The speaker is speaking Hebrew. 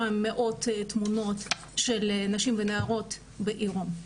מאות תמונות של נשים ונערות בעירום.